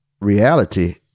Reality